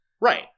Right